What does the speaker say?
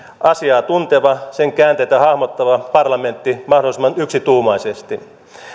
asiaa tunteva sen käänteitä hahmottava parlamentti mahdollisimman yksituumaisesti